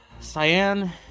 cyan